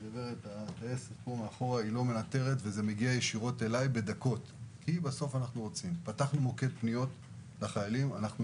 וזה לא מגיע אלי, כי אנחנו רוצים לדעת את זה.